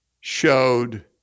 showed